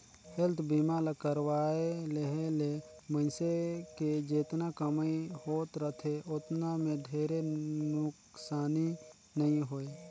health बीमा ल करवाये लेहे ले मइनसे के जेतना कमई होत रथे ओतना मे ढेरे नुकसानी नइ होय